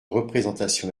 représentation